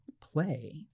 play